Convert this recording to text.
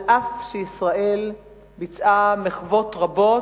אף שישראל ביצעה מחוות רבות.